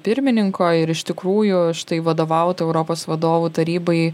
pirmininko ir iš tikrųjų štai vadovaut europos vadovų tarybai